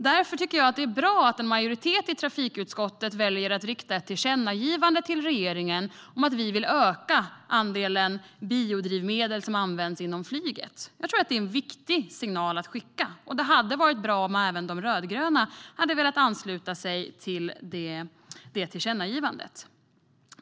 Därför är det bra att en majoritet i trafikutskottet väljer att rikta ett tillkännagivande till regeringen om att vi vill öka andelen biodrivmedel som används inom flyget. Jag tror att det är en viktig signal att skicka, och det hade varit bra om även de rödgröna hade velat ansluta sig till tillkännagivandet.